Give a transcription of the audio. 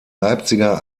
leipziger